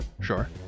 Sure